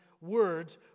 words